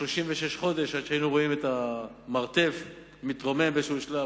36 חודשים עד שהיינו רואים את המרתף מתרומם באיזה שלב,